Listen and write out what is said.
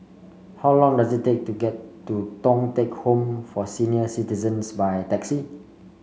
how long does it take to get to Thong Teck Home for Senior Citizens by taxi